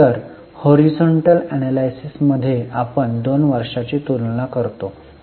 तर horizontal analysis मध्ये आपण 2 वर्षांची तुलना करतो